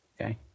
Okay